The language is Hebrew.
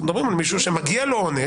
אנחנו מדברים על מישהו שמגיע לו עונש,